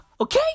Okay